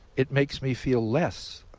it makes me feel less.